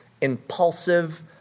impulsive